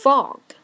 Fog